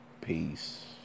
peace